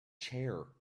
chair